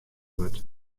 wurdt